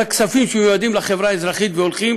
על הכספים שמיועדים לחברה האזרחית והולכים